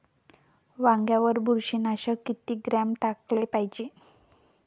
वांग्यावर बुरशी नाशक किती ग्राम टाकाले पायजे?